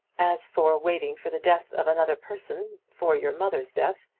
as for waiting for the death of another person for your mother's death,